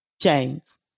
James